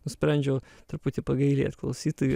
nusprendžiau truputį pagailėt klausytojų